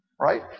Right